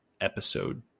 episode